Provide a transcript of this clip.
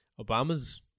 Obama's